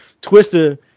twister